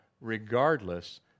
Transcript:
regardless